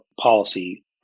policy